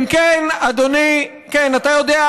זה אנחנו או הוא, זה הקמפיין שלכם.